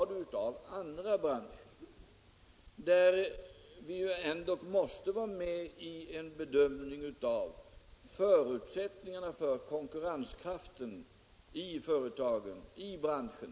Där mäste vi ändå vara med och göra en bedömning av förutsättningarna för konkurrenskraften i företagen, i branschen.